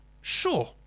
sure